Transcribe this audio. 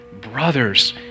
brothers